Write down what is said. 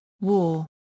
War